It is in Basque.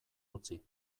utzi